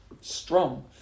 strong